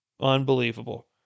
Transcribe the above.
Unbelievable